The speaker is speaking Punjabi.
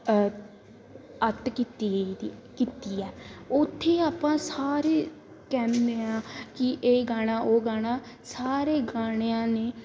ਅੱਤ ਕੀਤੀ ਆ ਇਹਦੀ ਕੀਤੀ ਆ ਉੱਥੇ ਆਪਾਂ ਸਾਰੇ ਕਹਿੰਦੇ ਹਾਂ ਕਿ ਇਹ ਗਾਣਾ ਉਹ ਗਾਣਾ ਸਾਰੇ ਗਾਣਿਆਂ ਨੇ